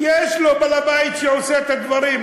יש לו בעל-בית שעושה את הדברים,